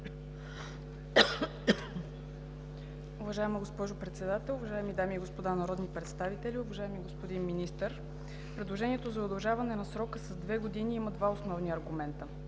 Уважаема госпожо Председател, уважаеми дами и господа народни представители, уважаеми господин Министър! Предложението за удължаване на срока с две години има два основни аргумента.